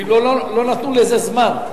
אפילו לא נתנו לזה זמן.